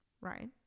right